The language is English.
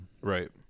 Right